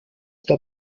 der